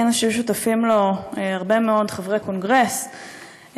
כנס שהיו שותפים לו הרבה מאוד חברי קונגרס מאמריקה,